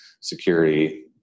security